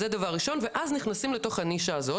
אז זה דבר ראשון ואז נכנסים לתוך הנישה הזאת,